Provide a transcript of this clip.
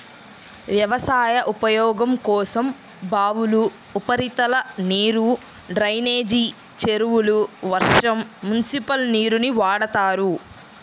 వ్యవసాయ ఉపయోగం కోసం బావులు, ఉపరితల నీరు, డ్రైనేజీ చెరువులు, వర్షం, మునిసిపల్ నీరుని వాడతారు